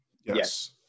Yes